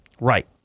Right